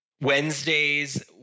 Wednesdays